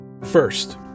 First